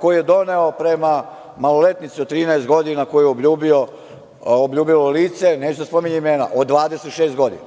koju je doneo prema maloletnici od 13 godina koju je obljubio lice, neću da spominjem imena, od 26 godina?